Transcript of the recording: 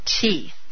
teeth